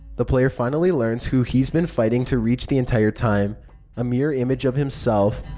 the player finally learns who he's been fighting to reach the entire time a mirror image of himself.